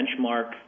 benchmark